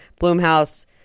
bloomhouse